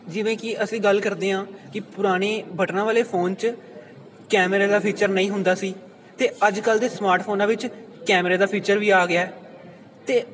ਜਿਵੇਂ ਕਿ ਅਸੀਂ ਗੱਲ ਕਰਦੇ ਹਾਂ ਕਿ ਪੁਰਾਣੇ ਬਟਨਾ ਵਾਲੇ ਫੋਨ 'ਚ ਕੈਮਰੇ ਦਾ ਫੀਚਰ ਨਹੀਂ ਹੁੰਦਾ ਸੀ ਅਤੇ ਅੱਜ ਕੱਲ੍ਹ ਦੇ ਸਮਾਰਟ ਫੋਨਾਂ ਵਿੱਚ ਕੈਮਰੇ ਦਾ ਫੀਚਰ ਵੀ ਆ ਗਿਆ ਅਤੇ